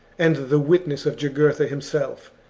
and the witness of jugurtha himself.